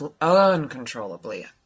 uncontrollably